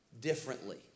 differently